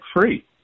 free